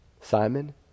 Simon